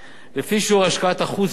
לפי שיעור השקעת החוץ בחברה,